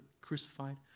crucified